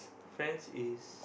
friends is